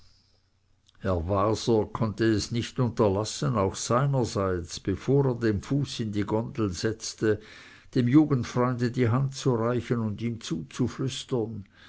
herr waser konnte es nicht unterlassen auch seinerseits bevor er den fuß in die gondel setzte dem jugendfreunde die hand zu reichen und ihm zuzuflüstern